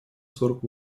сорок